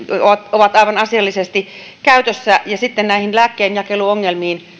ovat aivan asiallisesti käytössä sitten näistä lääkkeenjakeluongelmista